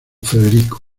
federico